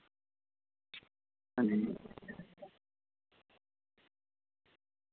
अं